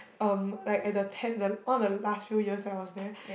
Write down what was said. um like at the ten the all the last few years that I was there